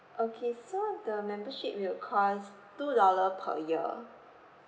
okay so the membership will cost two dollar per year